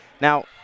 Now